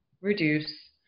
reduce